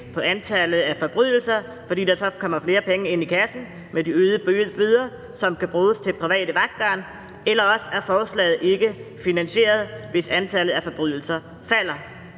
på antallet af forbrydelser, fordi der så kommer flere penge ind i kassen med de øgede bøder, som skal bruges til private vagtværn, eller også er forslaget ikke finansieret, hvis antallet af forbrydelser falder.